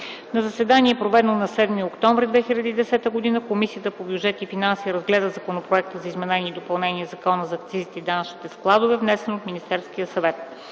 На заседанието проведено на 7 октомври 2010 г. Комисията по бюджет и финанси разгледа Законопроекта за изменение и допълнение на Закона за данъка върху добавената стойност, внесен от Министерския съвет.